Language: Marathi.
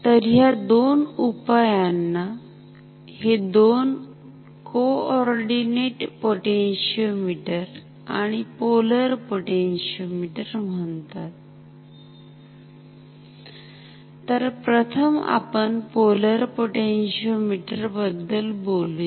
तर ह्या दोन उपायांना हे दोन कोऑर्डिनेट पोटॅन्शिओमिटर आणि पोलर पोटॅन्शिओमिटर म्हणतात तर प्रथम आपण पोलर पोटॅन्शिओमिटर बद्दल बोलूया